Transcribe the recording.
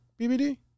BBD